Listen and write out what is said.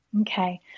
Okay